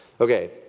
Okay